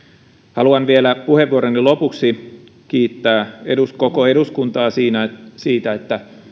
haluan vielä puheenvuoroni lopuksi kiittää koko eduskuntaa siitä että